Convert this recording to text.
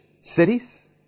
cities